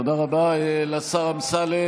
תודה רבה לשר אמסלם.